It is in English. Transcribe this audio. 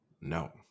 No